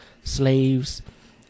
slaves